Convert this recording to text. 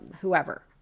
whoever